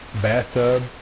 bathtub